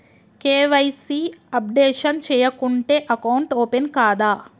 KYC updation చేయకుంటే account open కాదా?